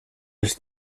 els